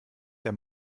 der